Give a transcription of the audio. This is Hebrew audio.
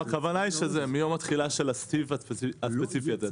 הכוונה היא שזה מיום התחילה של הסעיף הספציפי הזה,